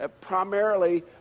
primarily